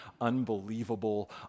unbelievable